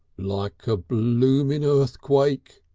like a blooming earthquake!